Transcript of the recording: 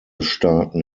staaten